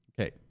Okay